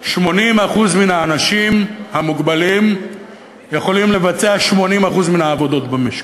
80% מן האנשים המוגבלים יכולים לבצע 80% מן העבודות במשק.